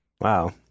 Wow